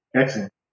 Excellent